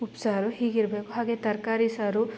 ಉಪ್ಸಾರು ಹೀಗಿರಬೇಕು ಹಾಗೆ ತರಕಾರಿ ಸಾರು